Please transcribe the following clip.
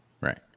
Right